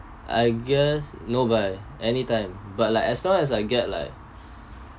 I guess no but anytime but like as long as I get like